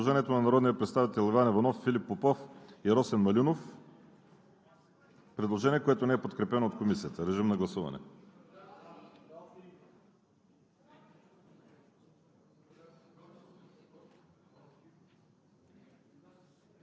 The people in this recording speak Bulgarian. Преминаваме към гласуване на предложените тестове. Първо подлагам на гласуване предложението на народните представители Иван Иванов, Филип Попов и Росен Малинов, което не е подкрепено от Комисията. Гласували